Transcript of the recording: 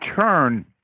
turn